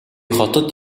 хотод